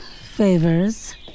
favors